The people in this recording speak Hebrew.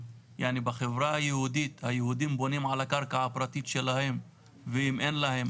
בחברה היהודית היהודים בונים על הקרקע הפרטית שלהם ואם אין להם,